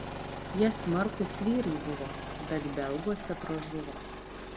jie smarkūs vyrai buvo bet belguose pražuvo